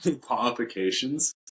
qualifications